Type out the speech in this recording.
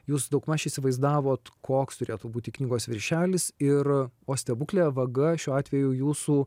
jūs daugmaž įsivaizdavot koks turėtų būti knygos viršelis ir o stebukle vaga šiuo atveju jūsų